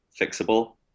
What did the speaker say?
fixable